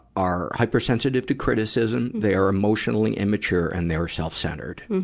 are hypersensitive to criticism, they are emotionally immature, and they are self-centered,